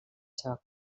seva